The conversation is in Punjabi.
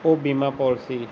ਉਹ ਬੀਮਾ ਪੋਲਸੀ